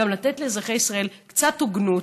גם לתת לאזרחי ישראל קצת הוגנות,